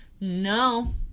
No